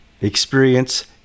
experience